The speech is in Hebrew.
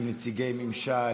עם נציגי ממשל,